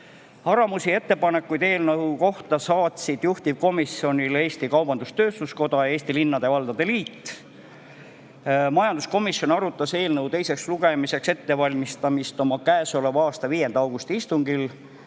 Arvamusi ja ettepanekuid eelnõu kohta saatsid juhtivkomisjonile Eesti Kaubandus-Tööstuskoda ning Eesti Linnade ja Valdade Liit. Majanduskomisjon arutas eelnõu teiseks lugemiseks ettevalmistamist oma käesoleva aasta 5. augusti istungil,